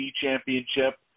championship